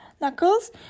Knuckles